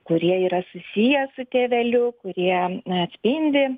kurie yra susiję su tėveliu kurie atspindi